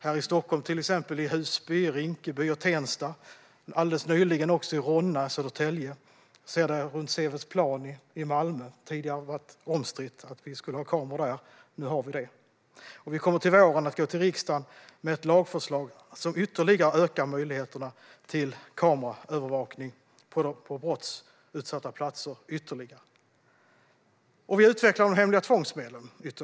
Här i Stockholm är det i till exempel Husby, Rinkeby och Tensta samt alldeles nyligen i Ronna i Södertälje och Sevedsplan i Malmö. Det har tidigare varit omstritt att det skulle finnas kameror där, men nu finns de. Regeringen kommer till våren att gå till riksdagen med ett lagförslag som ytterligare ökar möjligheterna till kameraövervakning på brottsutsatta platser. Regeringen kommer även att lägga fram förslag om att utveckla de hemliga tvångsmedlen.